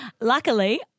Luckily